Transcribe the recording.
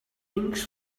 things